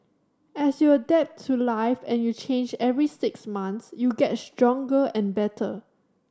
as you adapt to life and you change every six months you get stronger and better